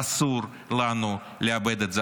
אסור לנו לאבד את זה.